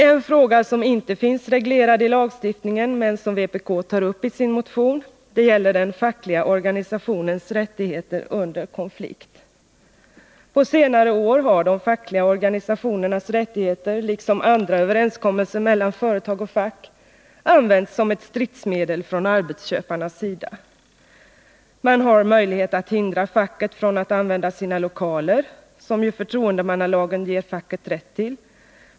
En fråga som inte finns reglerad i lagstiftningen, men som vpk tar uppi sin motion, gäller den fackliga organisationens rättigheter under konflikt. På senare år har de fackliga organisationernas rättigheter, liksom andra överenskommelser mellan företag och fack, använts som ett stridsmedel från arbetsköparens sida. Man har möjlighet att hindra facket från att använda arbetsköparnas lokaler, vilket ju förtroendemannalagen ger facket rätt till.